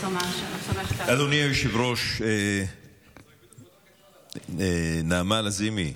אדוני היושב-ראש, נעמה לזימי,